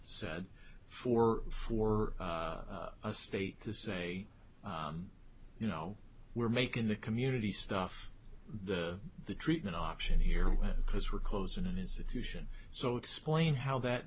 said for for a state to say you know we're making the community stuff the treatment option here because we're close in an institution so explain how that